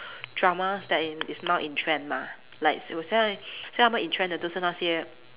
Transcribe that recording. dramas that in is now in trend mah like 有现在现在它们 in trend 的都是那些